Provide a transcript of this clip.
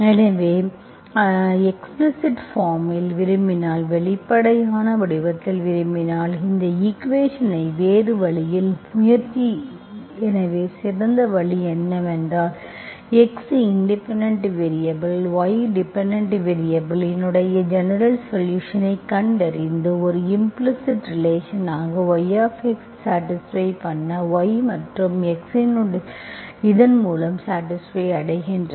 எனவே explicit form இல் விரும்பினால் வெளிப்படையான வடிவத்தில் விரும்பினால் இந்த ஈக்குவேஷன்ஐ வேறு வழியில் முயற்சி எனவே சிறந்த வழி என்னவென்றால் x independent variable y dependent variable இன் ஜெனரல்சொலுஷன்ஸ்ஐக் கண்டறிந்து ஒரு இம்ப்ளிஸிட் ரிலேஷன் ஆக y சாடிஸ்ப்பை பண்ண y மற்றும் x இதன் மூலம் சாடிஸ்ப்பை அடைகின்றன